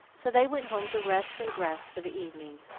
so they went home to rest and dress for the evening,